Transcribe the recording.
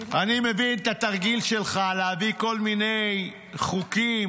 אני מבין את התרגיל שלך להביא כל מיני חוקים